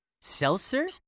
Seltzer